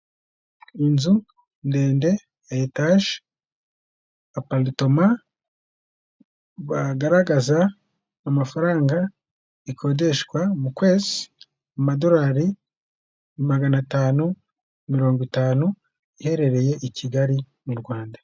Inzu ndende ya etaje, aparitoma bagaragaza amafaranga ikodeshwa mu kwezi, amadolari magana atanu mirongo itanu iherereye i Kigali mu Rwanda.